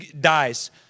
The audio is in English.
dies